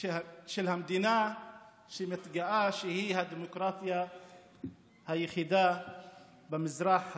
של המדינה שמתגאה שהיא הדמוקרטיה היחידה במזרח התיכון.